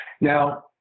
Now